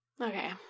okay